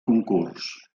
concurs